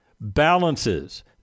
balances